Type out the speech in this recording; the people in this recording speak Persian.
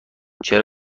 چرا